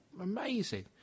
amazing